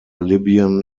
libyan